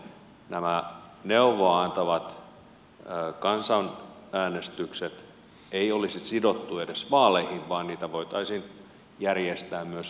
näin ollen näitä neuvoa antavia kansanäänestyksiä ei olisi sidottu edes vaaleihin vaan niitä voitaisiin järjestää myös vaalien välillä